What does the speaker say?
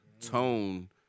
tone